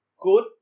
good